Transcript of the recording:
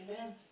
amen